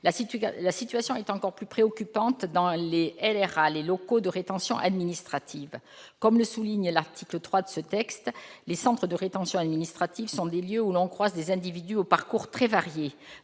La situation est encore plus inquiétante dans les locaux de rétention administrative, les LRA. Comme le souligne l'article 3 de ce texte, les centres de rétention administrative sont des lieux où l'on croise des individus aux parcours très variés